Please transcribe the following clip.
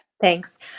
Thanks